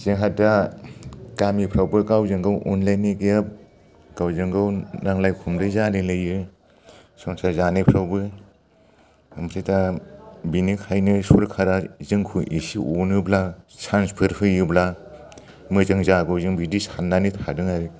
जोंहा दा गामिफ्रावबो गावजों गाव अनलायनाय गैया गावजों गाव नांलाय खमलाय जालायलायो संसार जानायफ्रावबो ओमफ्राय दा बेनिखायनो सरकारआ जोंखौ इसे अनोब्ला सान्सफोर होयोब्ला मोजां जागौ जों बिदि सान्नानै थादों आरो